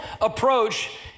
approach